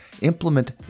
implement